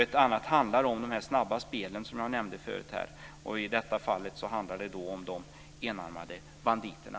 Ett annat handlar om de snabba spelen, som jag nämnde tidigare här. I det här fallet gäller det de enarmade banditerna.